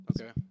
Okay